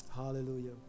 Hallelujah